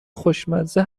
خوشمزه